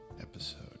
episode